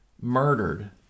murdered